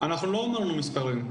אנחנו לא אמרנו מספרים.